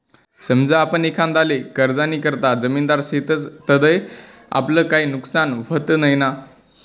समजा आपण एखांदाले कर्जनीकरता जामिनदार शेतस तधय आपलं काई नुकसान व्हत नैना?